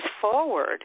forward